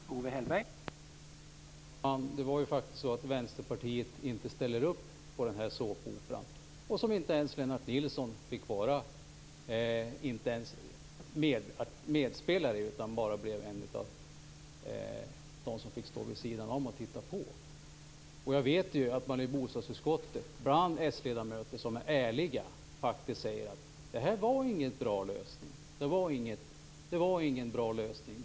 Herr talman! Det var ju faktiskt så att Vänsterpartiet inte ställer upp på den här såpoperan. Lennart Nilsson fick inte ens vara medspelare utan han fick bara stå vid sidan om och titta på. Jag vet ju att de socialdemokratiska ledamöter i bostadsutskottet som är ärliga faktiskt säger att det här inte var någon bra lösning.